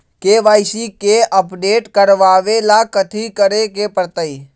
KYC के update करवावेला कथि करें के परतई?